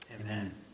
Amen